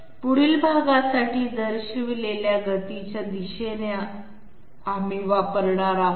पुढील भागासाठी दर्शविलेल्या गतीच्या दिशेने आम्ही वापरणार आहोत